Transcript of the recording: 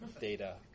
data